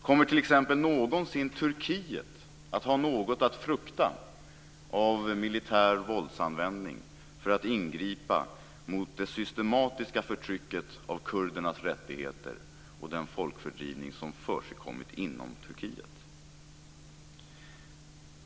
Kommer t.ex. någonsin Turkiet att ha något att frukta av militär våldsanvändning för att ingripa mot det systematiska förtrycket av kurdernas rättigheter och den folkfördrivning som förekommit inom Turkiet?